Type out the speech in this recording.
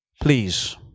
please